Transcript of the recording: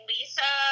Lisa